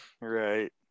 Right